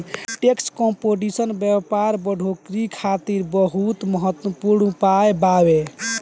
tax competition व्यापार बढ़ोतरी खातिर बहुत महत्वपूर्ण उपाय बावे